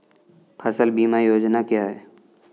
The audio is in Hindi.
फसल बीमा योजना क्या है?